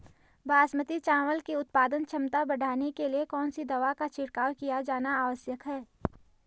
बासमती चावल की उत्पादन क्षमता बढ़ाने के लिए कौन सी दवा का छिड़काव किया जाना आवश्यक है?